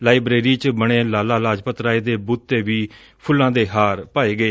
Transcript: library ਚ ਬਣੇ ਲਾਲਾ ਲਾਜਪਤ ਰਾਏ ਦੇ ਬੁੱਤ ਤੇ ਵੀ ਫੁੱਲਾਂ ਦੇ ਹਾਰ ਪਾਏ ਗਏ